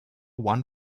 one